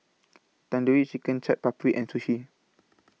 Tandoori Chicken Chaat Papri and Sushi